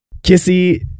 kissy